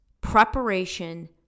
preparation